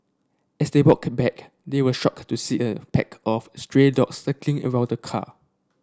as they walked back they were shocked to see a pack of stray dogs circling around the car